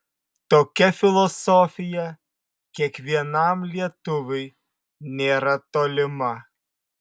tokia filosofija kiekvienam lietuviui nėra tolima